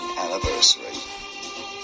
anniversary